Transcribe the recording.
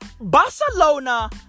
Barcelona